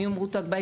מי הוא מרותק בית?